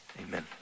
Amen